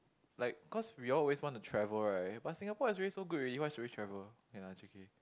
like cause we all always want to travel right but Singapore is already so good already why should we travel